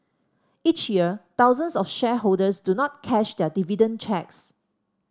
each year thousands of shareholders do not cash their dividend cheques